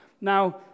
Now